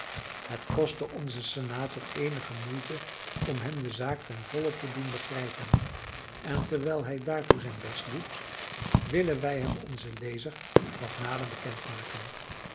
het kostte onzen senator eenige moeite om hem de zaak ten volle te doen begrijpen en terwijl hij daartoe zijn best doet willen wij hem onzen lezer wat nader bekend maken